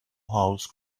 house